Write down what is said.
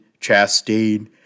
Chastain